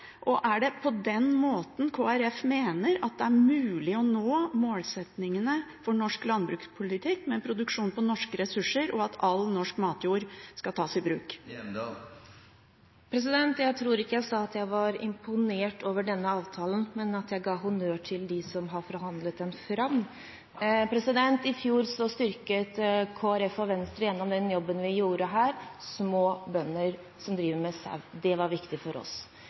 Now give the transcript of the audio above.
Er det på den måten Kristelig Folkeparti mener det er mulig å nå målsetningene for norsk landbrukspolitikk med produksjon på norske ressurser, og at all norsk matjord skal tas i bruk? Jeg tror ikke at jeg sa at jeg var imponert over denne avtalen, men at jeg ga honnør til dem som har forhandlet den fram. I fjor styrket Kristelig Folkeparti og Venstre, gjennom den jobben vi gjorde her, små bønder som driver med sau – det var viktig for oss.